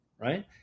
right